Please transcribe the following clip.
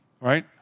right